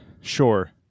sure